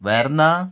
Verna